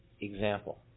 example